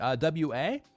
WA